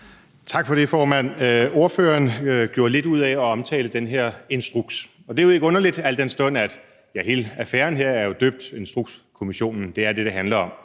Tak for det, formand. Ordføreren gjorde lidt ud af at omtale den her instruks, og det er jo ikke underligt, al den stund at det er det, det handler om